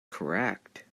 correct